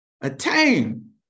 Attain